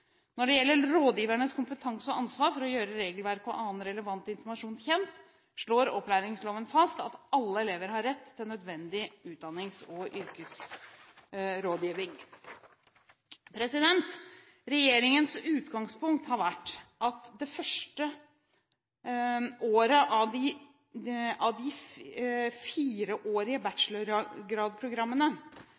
Når det gjelder rådgivernes kompetanse og ansvar for å gjøre regelverk og annen relevant informasjon kjent, slår opplæringsloven fast at alle elever har rett til nødvendig utdannings- og yrkesrådgiving. Regjeringens utgangspunkt har vært at det første året av de